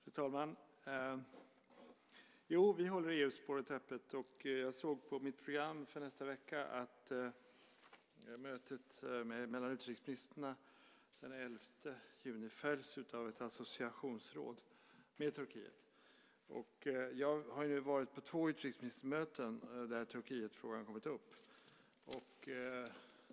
Fru talman! Ja, vi håller EU-spåret öppet. Jag såg i mitt program för nästa vecka att mötet mellan utrikesministrarna den 11 juni följs av ett associationsråd med Turkiet. Jag har ju varit på två utrikesministermöten där Turkietfrågan har kommit upp.